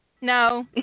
no